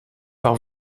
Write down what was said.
par